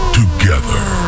together